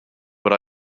but